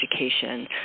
education